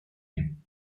him